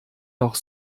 noch